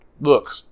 Look